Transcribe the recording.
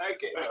Okay